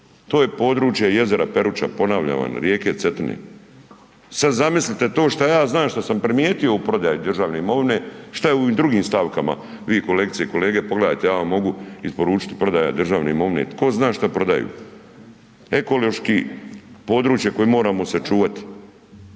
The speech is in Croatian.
To je područje jezera Peruća, ponavljam vam, rijeke Cetine. Sad zamislite to što ja znam što sam primijetio u prodaji državne imovine šta je u ovim drugim stavkama, vi kolegice i kolege, pogledajte, ja vam mogu isporučiti prodaja državne imovine, tko zna šta prodaju, ekološki područje koje moramo sačuvati.